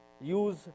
Use